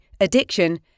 addiction